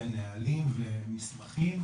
ונהלים ומסמכים.